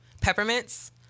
peppermints